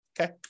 Okay